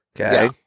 Okay